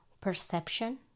perception